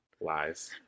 Lies